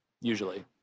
usually